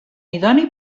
idoni